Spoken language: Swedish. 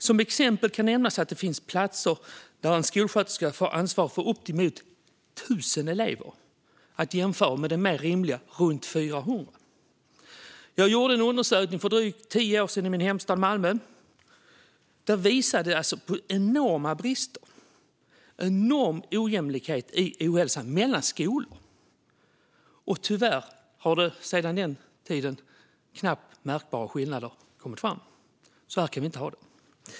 Som exempel kan nämnas att det finns platser där en skolsköterska får ansvara för uppemot 1 000 elever att jämföra med det mer rimliga runt 400. Jag gjorde en undersökning för drygt tio år sedan i min hemstad Malmö. Den visade på enorma brister och en enorm ojämlikhet i ohälsan mellan skolor. Tyvärr har det sedan den tiden kommit fram knappt märkbara skillnader. Så här kan vi inte ha det.